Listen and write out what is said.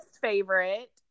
favorite